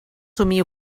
somio